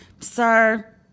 Sir